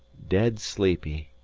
dead sleepy,